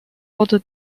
wurde